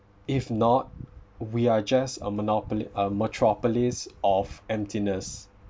if not we are just a monopoly uh metropolis of emptiness